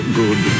good